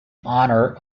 honor